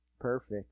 Perfect